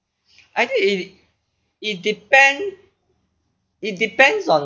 I think it it depend it depends on